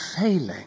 failing